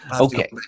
Okay